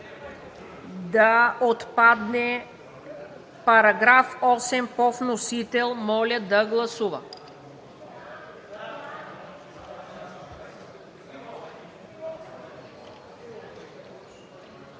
да отпадне § 8 по вносител, моля да гласува.